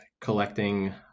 collecting